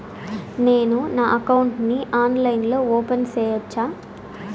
నేను నా అకౌంట్ ని ఆన్లైన్ లో ఓపెన్ సేయొచ్చా?